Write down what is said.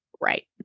Right